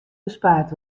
bespaard